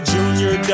Junior